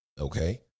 Okay